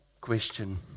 question